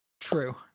true